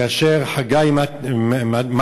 כאשר חגי מטר,